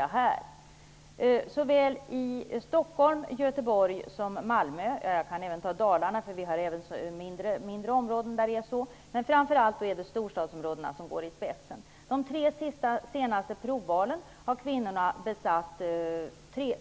Jag skulle kunna ta Stockholm, Göteborg och Malmö som exempel. Vid de tre senaste provvalen har kvinnorna besatt de